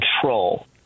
control